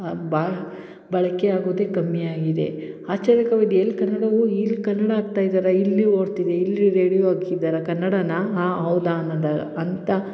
ಬ ಬಳಕೆ ಆಗೊದೇ ಕಮ್ಮಿ ಆಗಿದೆ ಆಶ್ಚರ್ಯ ಎಲ್ಲಿ ಕನ್ನಡವು ಇಲ್ಲಿ ಕನ್ನಡ ಆಗ್ತಾ ಇದ್ದಾರಾ ಇಲ್ಲಿ ಓಡ್ತಿದಿ ಇಲ್ಲಿ ರೇಡಿಯೊ ಹಾಕಿದಾರ ಕನ್ನಡನ ಹಾಂ ಹೌದಾ ಅನ್ನೊದಾ ಅಂತ